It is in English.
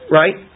right